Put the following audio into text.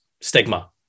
Stigma